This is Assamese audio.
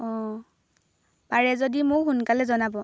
অঁ পাৰে যদি মোক সোনকালে জনাব